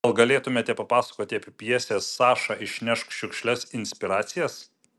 gal galėtumėte papasakoti apie pjesės saša išnešk šiukšles inspiracijas